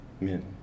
men